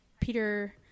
Peter